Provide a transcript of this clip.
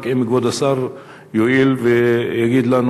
רק אם כבוד השר יואיל ויגיד לנו,